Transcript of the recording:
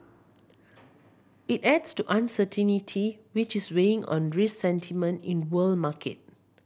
it adds to uncertainty which is weighing on risk sentiment in world market